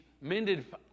mended